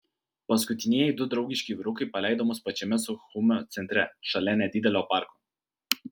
paskutinieji du draugiški vyrukai paleido mus pačiame suchumio centre šalia nedidelio parko